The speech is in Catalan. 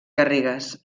garrigues